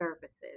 services